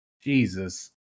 Jesus